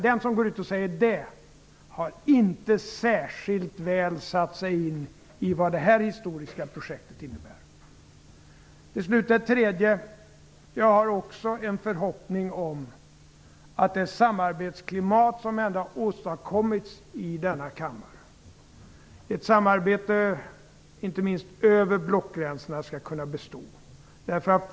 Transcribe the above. Den som går ut och säger det, har inte särskilt väl satt sig in i vad det här historiska projektet innebär. Till slut har jag också en förhoppning om att det samarbetsklimat som ändå har åstadkommits i denna kammare, inte minst över blockgränserna, skall kunna bestå.